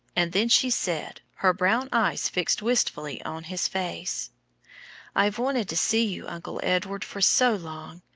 and then she said, her brown eyes fixed wistfully on his face i've wanted to see you, uncle edward, for so long.